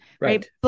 right